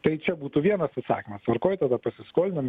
tai čia būtų vienas atsakymas tvarkoj tada pasiskolinom